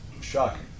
Shocking